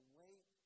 wait